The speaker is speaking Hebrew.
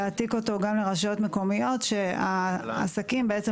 להעתיק אותו גם לרשויות מקומיות שהעסקים בעצם